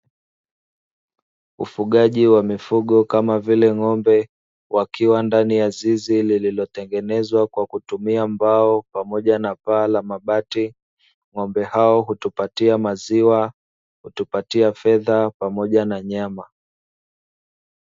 Ufugaji wa mifugo kama vile ng'ombe, wakiwa ndani ya zizi lililotengenezwa kwa kutumia mbao pamoja na paa la mabati. Ng'ombe hao hutupatia maziwa, hutupatia fedha pamoja na nyama.